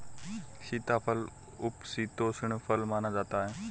सीताफल उपशीतोष्ण फल माना जाता है